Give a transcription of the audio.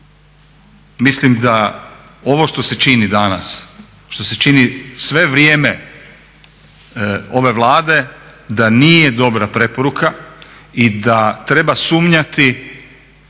Mislim da ovo što se čini danas, što se čini sve vrijeme ove Vlade da nije dobra preporuka i da treba sumnjati